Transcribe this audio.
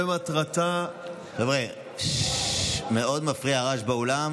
ומטרתה, חבר'ה, מאוד מפריע הרעש באולם.